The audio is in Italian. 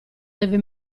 deve